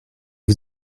que